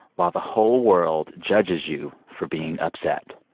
while the whole world judges you for being upset.